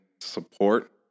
support